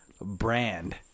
brand